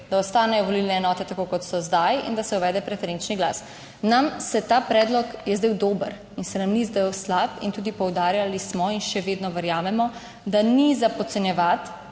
da ostanejo volilne enote, tako kot so zdaj in da se uvede preferenčni glas. Nam se ta predlog je zdel dober in se nam ni zdel slab in tudi poudarjali smo in še vedno verjamemo, da ni za podcenjevati